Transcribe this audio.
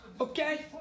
Okay